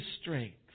strength